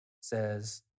says